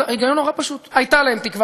ההיגיון נורא פשוט: הייתה להם תקווה